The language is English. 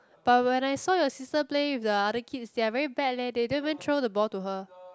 but when I saw your sister play with the other kids they are very bad leh they don't even throw the ball to her